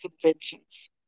conventions